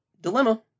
dilemma